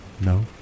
No